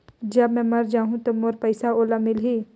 जब मै मर जाहूं तो मोर पइसा ओला मिली?